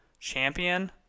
champion